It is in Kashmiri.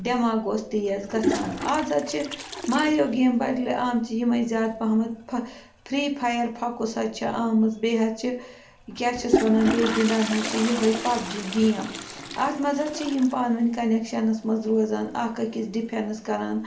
دٮ۪ماغ اوس تیز گژھان آز حظ چھِ ماریو گیم بَدلہِ آمژٕ یِمَے زیادٕ پَہمَتھ فِرٛی فایَر پھَکُس حظ چھِ آمٕژ بیٚیہِ حظ چھِ کیٛاہ چھِس وَنان بیٚیہِ گِنٛدان حظ چھِ یِہوٚے پَب جی گیم اَتھ منٛز حظ چھِ یِم پانہٕ ؤنۍ کَنٮ۪کشَنَس منٛز روزان اَکھ أکِس ڈِفٮ۪نٕس کَران